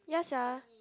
ya sia